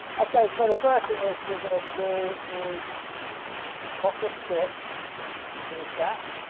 okay, so the first thing is we're gonna do is pop this chip into this gap.